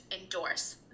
endorse